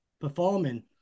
performing